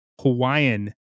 Hawaiian